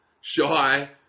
Shy